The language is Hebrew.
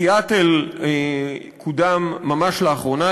בסיאטל קודם ממש לאחרונה,